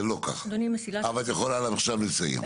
את יכולה עכשיו לסיים.